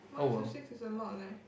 one is to six is a lot leh